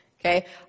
Okay